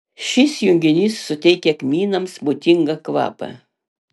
šis junginys suteikia kmynams būdingą kvapą